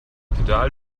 pedal